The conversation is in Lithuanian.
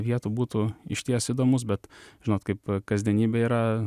vietų būtų išties įdomus bet žinot kaip kasdienybė yra